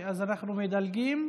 אז אנחנו מדלגים.